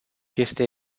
este